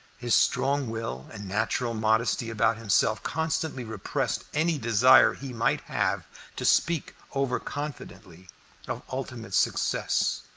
his strong will and natural modesty about himself constantly repressed any desire he might have to speak over-confidently of ultimate success,